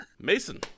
Mason